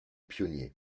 pionniers